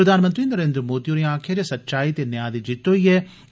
प्रधानमंत्री नरेन्द्र मोदी होरें आक्खेया ऐे जे सच्चाई ते न्यां दी जित्त होई ऐे